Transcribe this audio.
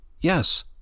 Yes